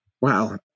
Wow